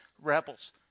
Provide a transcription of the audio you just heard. rebels